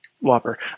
Whopper